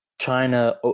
China